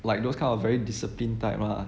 like those kind of very disciplined type mah